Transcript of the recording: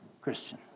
Christian